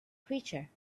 creature